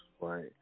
right